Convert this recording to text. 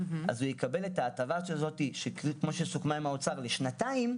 הוא יקבל רטרואקטיבית את ההטבה הזאת שסוכם עם האוצר שתהיה למשך שנתיים.